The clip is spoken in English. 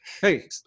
Hey